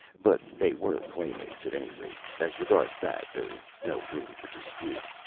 but they were playmates, at any rate as regards that, there is no room for dispute.